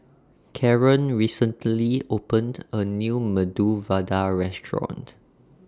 Caren recently opened A New Medu Vada Restaurant